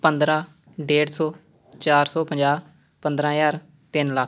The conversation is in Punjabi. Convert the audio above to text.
ਪੰਦਰ੍ਹਾਂ ਡੇਢ ਸੌ ਚਾਰ ਸੌ ਪੰਜਾਹ ਪੰਦਰ੍ਹਾਂ ਹਜ਼ਾਰ ਤਿੰਨ ਲੱਖ